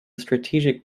strategic